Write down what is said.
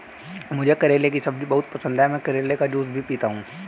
मुझे करेले की सब्जी बहुत पसंद है, मैं करेले का जूस भी पीता हूं